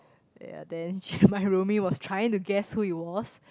ya then she my roomie was trying to guess who it was